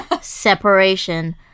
separation